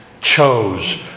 chose